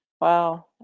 Wow